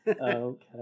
Okay